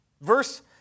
Verse